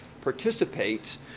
participates